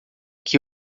que